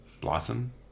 Blossom